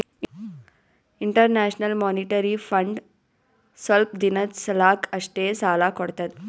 international monetary fund ಸ್ವಲ್ಪ್ ದಿನದ್ ಸಲಾಕ್ ಅಷ್ಟೇ ಸಾಲಾ ಕೊಡ್ತದ್